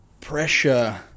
pressure